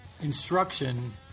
instruction